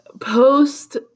post-